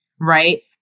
Right